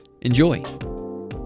Enjoy